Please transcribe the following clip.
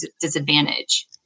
disadvantage